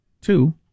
two